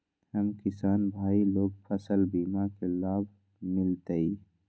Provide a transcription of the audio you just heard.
हम किसान भाई लोग फसल बीमा के लाभ मिलतई?